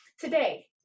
today